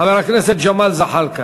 חבר הכנסת ג'מאל זחאלקה.